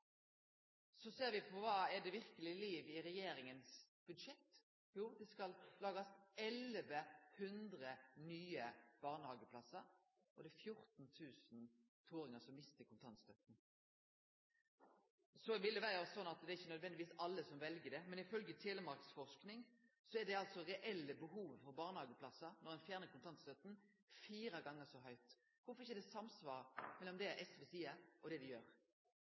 verkelege livet i regjeringas budsjett, skal det lagast 1 100 nye barnehageplassar – og det er altså 14 000 toåringar som mistar kontantstøtta. Så er det ikkje nødvendigvis sånn at alle vel barnehageplass, men ifølgje Telemarksforsking er det reelle behovet for barnehageplassar når ein fjernar kontantstøtta, fire gonger så høgt. Kvifor er det ikkje samsvar mellom det SV seier, og det dei gjer?